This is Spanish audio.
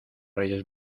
reyes